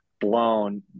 blown